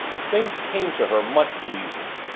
things came to her much too easily.